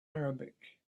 arabic